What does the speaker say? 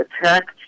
attack